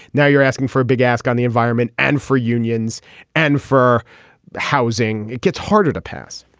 now you're asking for a big ask on the environment and for unions and for housing. it gets harder to pass